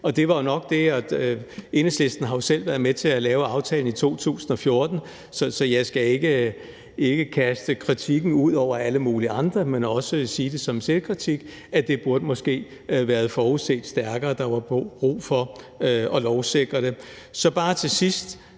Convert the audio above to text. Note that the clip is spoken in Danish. skulle bruges til. Enhedslisten har jo selv været med til at lave aftalen i 2014, så jeg skal ikke kaste kritikken ud over alle mulige andre, men også sige som selvkritik, at det måske burde have været forudset bedre, at der var brug for at lovsikre det. Så bare til sidst: